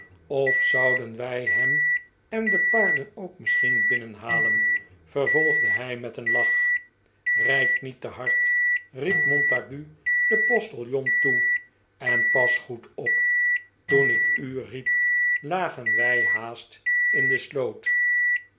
of zouden wij hem en de paarden ook misschien binnenhalen vervolgde hij met een lach rijd niet te hard riep montague den postiljon toe en pas goed op toen ik u riep lagen wij haast in de sloot